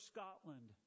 Scotland